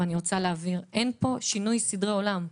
שאין פה שינוי סדרי עולם.